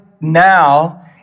now